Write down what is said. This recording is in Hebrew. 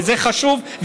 וזה חשוב,